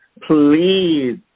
please